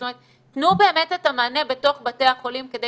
זאת אומרת תנו באמת את המענה בתוך בתי החולים כדי